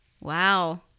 Wow